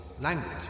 language